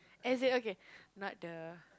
as in okay not the